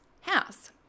house